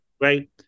Right